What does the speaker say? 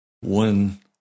One